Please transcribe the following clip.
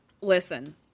Listen